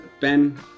Ben